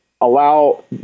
allow